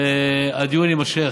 והדיון יימשך.